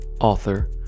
author